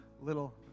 little